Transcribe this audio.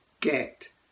get